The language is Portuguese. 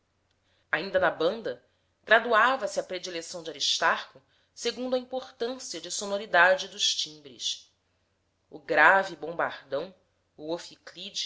ainda na banda graduava se a predileção de aristarco segundo a importância de sonoridade dos timbres o grave bombardão o